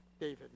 David